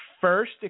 first